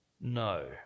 No